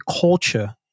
culture